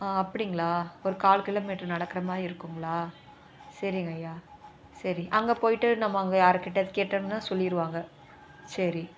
ஆ அப்படிங்களா ஒரு கால் கிலோ மீட்ரு நடக்கிறமாரி இருக்குங்களா சரிங்கய்யா சரி அங்கே போயிட்டு நம்ம அங்கே யாருகிட்ட கேட்டோம்னால் சொல்லிடுவாங்க சரி